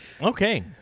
Okay